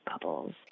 bubbles